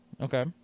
Okay